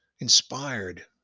inspired